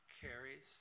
carries